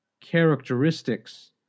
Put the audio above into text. characteristics